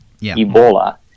Ebola